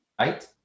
right